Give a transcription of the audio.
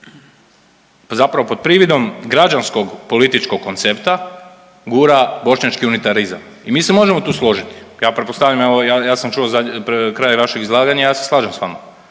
zapravo pod prividom građanskog političkog koncepta gura bošnjački unitarizam i mi se možemo tu složiti. Ja pretpostavljam, evo ja sam čuo pred kraj vašeg izlaganja ja se slažem s vama.